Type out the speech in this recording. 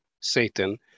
Satan